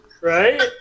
right